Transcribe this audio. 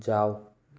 जाओ